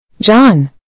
John